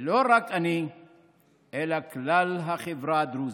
ולא רק אני אלא כלל החברה הדרוזית.